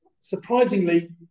Surprisingly